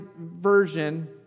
version